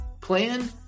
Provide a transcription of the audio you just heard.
plan